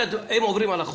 הם עוברים על החוק.